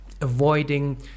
avoiding